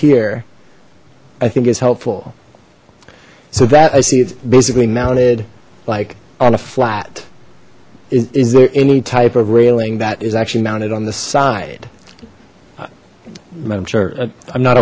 here i think is helpful so that i see it's basically mounted like on a flat is there any type of railing that is actually mounted on the side i'm sure i'm not